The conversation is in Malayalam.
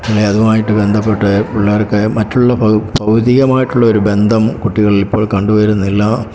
പിന്നെ അതുമായിട്ട് ബന്ധപെട്ട് പിള്ളേർക്ക് മറ്റുള്ള ഭൗതികമായിട്ടുള്ള ഒരു ബന്ധം കുട്ടികളിൽ ഇപ്പോൾ കണ്ടുവരുന്നില്ല